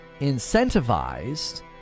incentivized